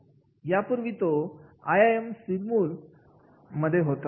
यापूर्वी तो I I M Sirmaur मध्ये होता